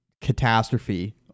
catastrophe